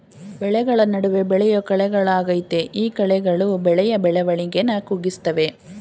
ಬೆಳೆಗಳ ನಡುವೆ ಬೆಳೆಯೋ ಕಳೆಗಳಾಗಯ್ತೆ ಈ ಕಳೆಗಳು ಬೆಳೆಯ ಬೆಳವಣಿಗೆನ ಕುಗ್ಗಿಸ್ತವೆ